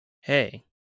Hey